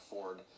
Ford